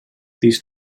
these